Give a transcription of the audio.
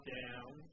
down